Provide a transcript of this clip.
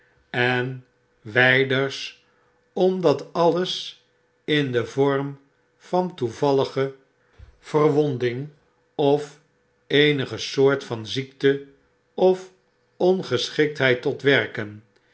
en wpers omdat alles in den vorm van tcfevallige verwondirig of eenige soort vanziekteof ongeschiktheid tot werken